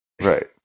Right